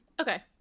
okay